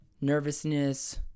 nervousness